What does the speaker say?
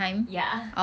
ya